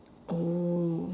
oh